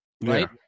right